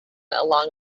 along